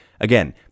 Again